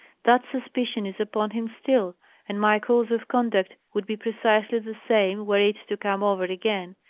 that suspicion is upon him still and my course of conduct would be precisely the same, were it to come over again.